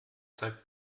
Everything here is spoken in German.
zeigt